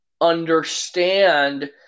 understand